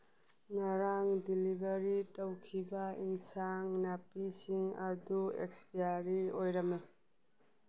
ꯉꯔꯥꯡ ꯗꯤꯂꯤꯚꯔꯤ ꯇꯧꯈꯤꯕ ꯏꯟꯁꯥꯡ ꯅꯥꯄꯤꯁꯤꯡ ꯑꯗꯨ ꯑꯦꯛꯁꯄ꯭ꯌꯥꯔꯤ ꯑꯣꯏꯔꯝꯃꯦ